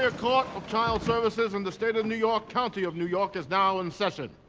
ah court of child services in the state of new york, county of new york, is now in session.